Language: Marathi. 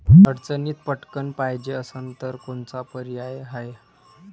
अडचणीत पटकण पायजे असन तर कोनचा पर्याय हाय?